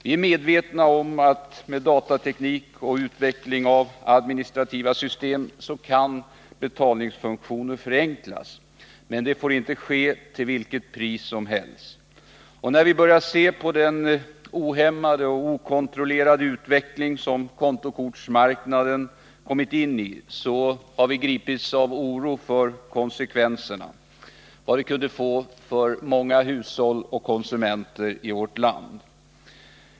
Vi är medvetna om att betalningsfunktionerna kan förenklas med datateknik och utveckling av administrativa system. Men det får inte ske till vilket pris som helst. När vi började se på den ohämmade och okontrollerade utveckling som kontokortsmarknaden kommit in i greps vi av oro för de konsekvenser detta kunde få för många hushåll och konsumenter i vårt land.